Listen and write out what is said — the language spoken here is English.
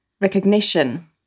recognition